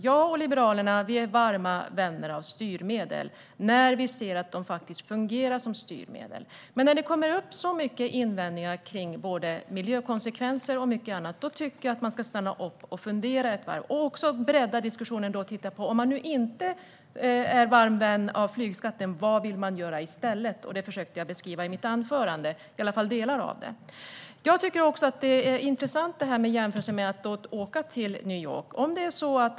Jag och Liberalerna är varma vänner av styrmedel när vi ser att de faktiskt fungerar just som styrmedel. Men när det kommer så mycket invändningar kring både miljökonsekvenser och mycket annat tycker jag att man ska stanna upp, fundera ett varv och också bredda diskussionen: Om man inte är en varm vän av flygskatten, vad vill man göra i stället? Det försökte jag beskriva i mitt anförande. Jag tycker också att jämförelsen med att åka till New York är intressant.